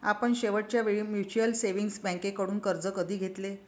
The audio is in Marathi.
आपण शेवटच्या वेळी म्युच्युअल सेव्हिंग्ज बँकेकडून कर्ज कधी घेतले?